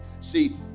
see